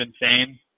insane